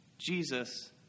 Jesus